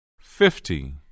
Fifty